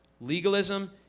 Legalism